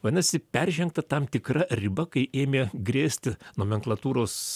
vadinasi peržengta tam tikra riba kai ėmė grėst nomenklatūros